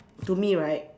to me right